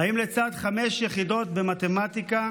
האם לצד חמש יחידות במתמטיקה